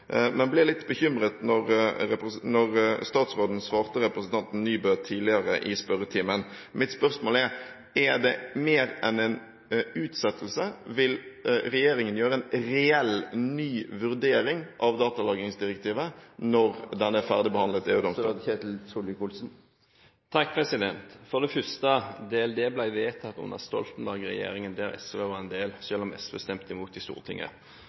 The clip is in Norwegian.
men ble litt bekymret da statsråden svarte representanten Nybø tidligere i spørretimen. Mitt spørsmål er: Er det mer enn en utsettelse – vil regjeringen gjøre en reell ny vurdering av datalagringsdirektivet når det er ferdigbehandlet i EU-domstolen? For det første: DLD ble vedtatt under Stoltenberg-regjeringen der SV var en del, selv om SV stemte imot i Stortinget.